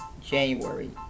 January